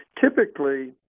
Typically